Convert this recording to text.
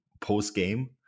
post-game